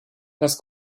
das